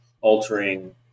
altering